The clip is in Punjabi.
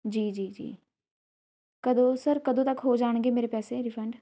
ਜੀ ਜੀ ਜੀ ਕਦੋਂ ਸਰ ਕਦੋਂ ਤੱਕ ਹੋ ਜਾਣਗੇ ਮੇਰੇ ਪੈਸੇ ਰਿਫੰਡ